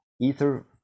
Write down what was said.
Ether